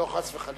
לא, חס וחלילה.